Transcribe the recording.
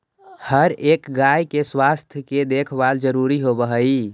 हर एक गाय के स्वास्थ्य के देखभाल जरूरी होब हई